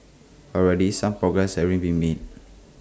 already some progress the ray been made